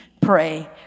pray